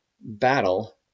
battle